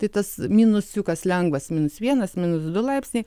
tai tas minusiukas lengvas minus vienas minus du laipsniai